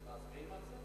מצביעים על זה?